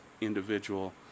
individual